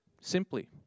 Simply